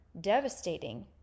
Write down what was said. devastating